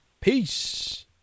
Peace